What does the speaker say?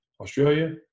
Australia